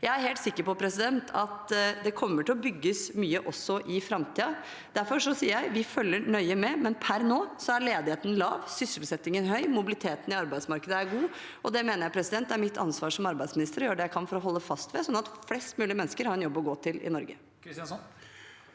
Jeg er helt sikker på at det kommer til å bygges mye også i framtiden, og derfor sier jeg: Vi følger nøye med, men per nå er ledigheten lav, sysselsettingen høy, mobiliteten i arbeidsmarkedet er god, og det mener jeg er mitt ansvar som arbeidsminister å gjøre det jeg kan for å holde fast ved, sånn at flest mulig mennesker har en jobb å gå til i Norge. Masud